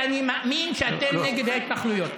כי אני מאמין שאתם נגד ההתנחלויות.